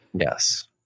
Yes